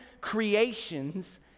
creations